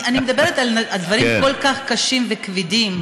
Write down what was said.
אני מדברת על דברים כל כך קשים וכבדים.